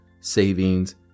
savings